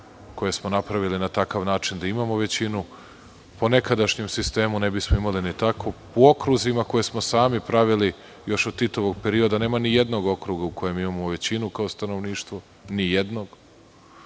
koje smo napravili na takav način da imamo većinu. Po nekadašnjem sistemu, ne bismo imali ni takvu. U okruzima, koje smo sami pravili još od Titovog perioda, nema ni jednog okruga u kojem imamo većinu kao stanovništvo, čak ni tog